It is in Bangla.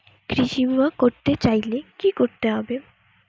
কৃষি বিমা করতে চাইলে কি করতে হবে?